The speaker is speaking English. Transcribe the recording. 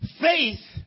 faith